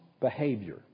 behavior